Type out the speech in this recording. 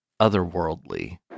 otherworldly